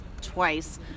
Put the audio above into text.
twice